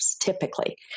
typically